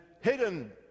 hidden